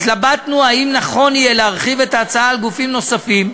התלבטנו אם נכון יהיה להרחיב את ההצעה לגבי גופים נוספים,